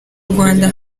rwanda